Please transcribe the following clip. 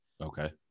Okay